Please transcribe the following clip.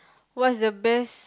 what's the best